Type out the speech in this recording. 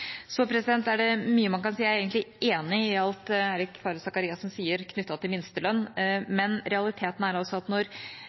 Så er det mye man kan si, og jeg er egentlig enig i alt Eirik Faret Sakariassen sier knyttet til minstelønn, men realitetene er